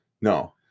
No